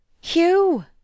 Hugh